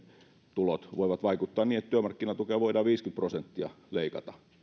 tulot voivat vaikuttaa niin että työmarkkinatukea voidaan viisikymmentä prosenttia leikata että